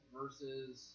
versus